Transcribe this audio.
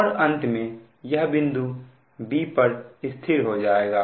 और अंत में यह बिंदु b पर स्थिर हो जाएगा